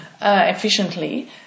efficiently